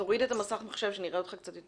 ראש מועצה מקומית גליל עליון מספר שאתם בולמים אותם,